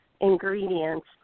ingredients